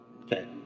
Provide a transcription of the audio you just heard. okay